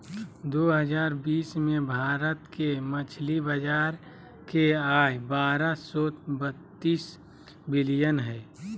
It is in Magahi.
दो हजार बीस में भारत के मछली बाजार के आय बारह सो बतीस बिलियन हइ